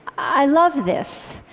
i love this.